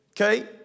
Okay